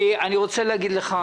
אני רוצה להגיד לך,